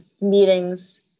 meetings